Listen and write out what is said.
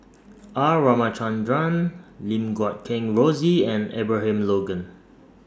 R Ramachandran Lim Guat Kheng Rosie and Abraham Logan